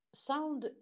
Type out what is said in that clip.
sound